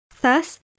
Thus